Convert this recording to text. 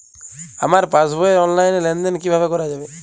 আমার পাসবই র অনলাইন লেনদেন কিভাবে করা যাবে?